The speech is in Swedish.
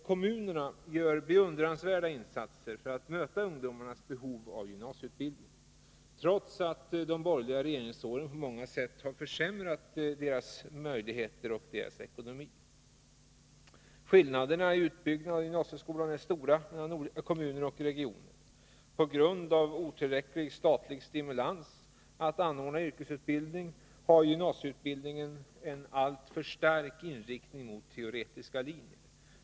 Kommunerna gör beundransvärda insatser för att möta ungdomarnas behov av gymnasieutbildning, trots att de borgerliga regeringsåren på många sätt har försämrat kommunernas ekonomi. Skillnaderna i utbyggnaden av gymnasieskolan är stora mellan olika kommuner och regioner. På grund av otillräcklig statlig stimulans att anordna yrkesutbildning har gymnasieutbildningen en alltför stark inriktning mot teoretiska linjer.